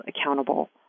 accountable